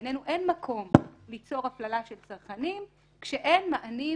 בעינינו אין מקום ליצור הפללה של צרכנים כשאין מענים